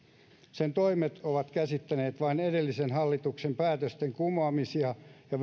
sen toimet ovat käsittäneet vain edellisen hallituksen päätösten kumoamisia ja